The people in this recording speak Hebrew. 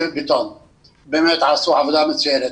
באמת עשו עבודה מצוינת.